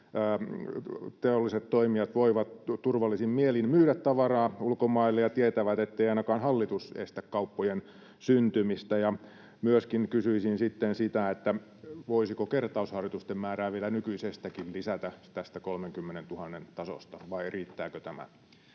teolliset toimijat voivat turvallisin mielin myydä tavaraa ulkomaille ja tietävät, ettei ainakaan hallitus estä kauppojen syntymistä? Myöskin kysyisin sitten sitä, voisiko kertausharjoitusten määrää vielä nykyisestäkin lisätä, tästä 30 000:n tasosta, vai riittääkö tämä.